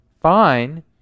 fine